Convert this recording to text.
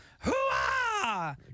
Hoo-ah